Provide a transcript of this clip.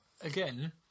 again